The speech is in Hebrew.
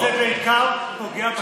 זה בעיקר פוגע בשירות לתושבים.